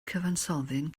cyfansoddyn